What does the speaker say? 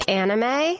anime